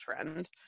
trend